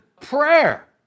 Prayer